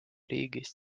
riigist